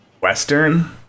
Western